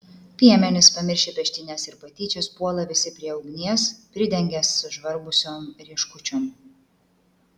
piemenys pamiršę peštynes ir patyčias puola visi prie ugnies pridengia sužvarbusiom rieškučiom